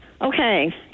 Okay